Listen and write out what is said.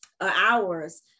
hours